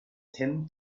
tim